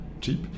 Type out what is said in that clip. cheap